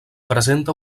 presenta